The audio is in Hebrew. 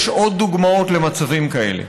ויש עוד דוגמאות למצבים כאלה: